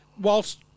whilst